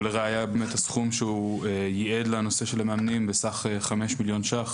ולראייה באמת הסכום שהוא ייעד בנושא של המאמנים בסך חמישה מיליון ₪,